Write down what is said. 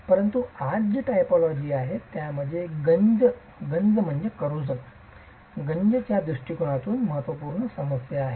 परंतु आज ही टायपोलॉजी आहे ज्यामध्ये गंजच्या दृष्टीकोनातून महत्त्वपूर्ण समस्या आहे